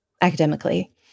academically